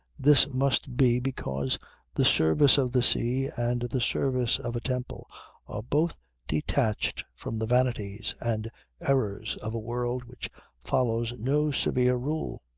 this must be because the service of the sea and the service of a temple are both detached from the vanities and errors of a world which follows no severe rule.